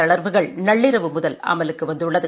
தளா்வுகள் நள்ளிரவு முதல் அமலுக்கு வந்துள்ளது